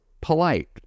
polite